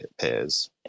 pairs